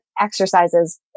exercises